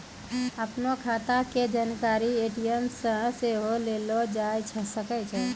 अपनो खाता के जानकारी ए.टी.एम से सेहो लेलो जाय सकै छै